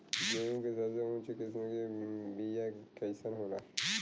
गेहूँ के सबसे उच्च किस्म के बीया कैसन होला?